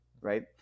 right